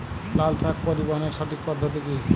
লালশাক পরিবহনের সঠিক পদ্ধতি কি?